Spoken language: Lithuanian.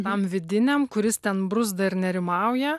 tam vidiniam kuris ten bruzda ir nerimauja